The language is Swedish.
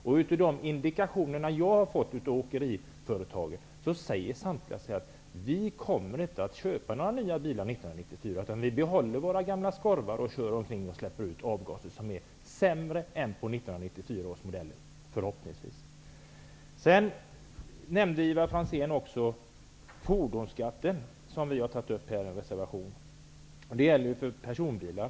Av de indikationer som jag har fått från åkeriföretag framgår att just inga bilar kommer att köpas 1994. De behåller i stället sin gamla skorvar och kör omkring med fordon som släpper ut avgaser som är miljöfarligare än avgaserna på 1994 års modeller -- förhoppningsvis. Ivar Franzén nämnde den fordonsskatt som vi tagit upp i en reservation. Skatten avser bensindrivna personbilar.